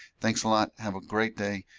thanks a lot. have a great day,